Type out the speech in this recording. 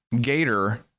gator